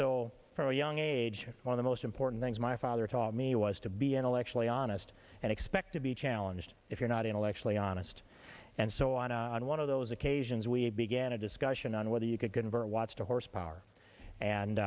so from a young age one of the most important things my father taught me was to be intellectually honest and expect to be challenged if you're not intellectually honest and so on one of those occasions we began a discussion on whether you could convert wants to horse power and